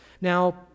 Now